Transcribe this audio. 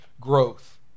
growth